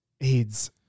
AIDS